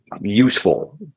useful